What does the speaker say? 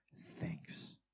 thanks